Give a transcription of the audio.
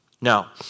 Now